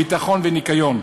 ביטחון וניקיון.